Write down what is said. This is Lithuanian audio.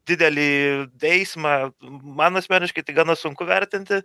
didelį eismą man asmeniškai tai gana sunku vertinti